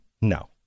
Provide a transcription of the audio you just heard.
no